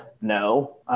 no